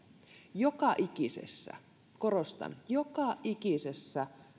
joka ikisessä korostan joka ikisessä